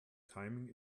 timing